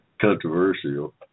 controversial